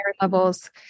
levels